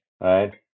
right